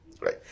Right